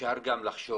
אפשר גם לחשוב